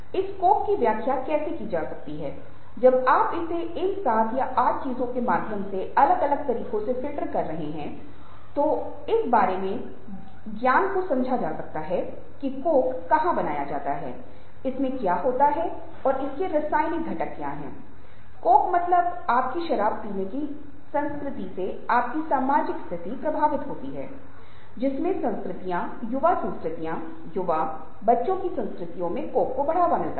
इस कोक की व्याख्या कैसे की जा सकती है जब आप इसे इन सात या आठ चीजों के माध्यम से अलग अलग तरीकों से फ़िल्टर कर रहे हैं तो इस बारे में ज्ञान को समझा जा सकता है कि कोक कहाँ बनाया जाता है इसमें क्या होता है इसके रासायनिक घटक क्या हैं कोक मतलब आपकी शराब पीने की संस्कृति से आपकी सामाजिक स्थिति प्रभावित होती है जिसमें संस्कृतियों युवा संस्कृतियों युवा बच्चों की संस्कृतियों मे कोक को बढ़ावा मिलता है